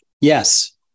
Yes